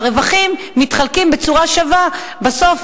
והרווחים מתחלקים בצורה שווה בסוף,